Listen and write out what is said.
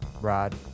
Rod